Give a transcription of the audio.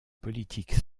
politique